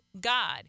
God